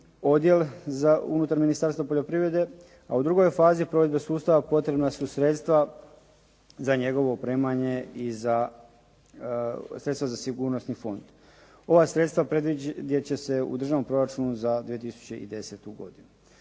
odjel za, unutar Ministarstva poljoprivrede a u drugoj fazi provedbe sustava potrebna su sredstva za njegovo opremanje i za, sredstva za sigurnosni fond. Ova sredstva predvidjeti će se u državnom proračunu za 2010. godinu.